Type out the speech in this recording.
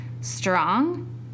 strong